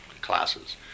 classes